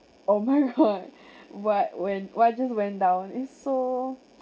oh my god what when what just went down it's so